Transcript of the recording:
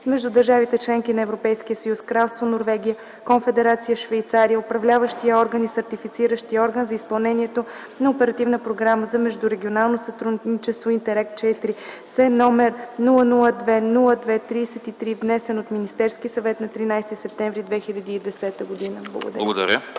между държавите – членки на Европейския съюз, Кралство Норвегия, Конфедерация Швейцария, Управляващия орган и Сертифициращия орган за изпълнението на Оперативна програма за междурегионално сътрудничество „ИНТЕРРЕГ IVC”, № 002 02 33, внесен от Министерски съвет на 13 септември 2010 г.”